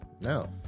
no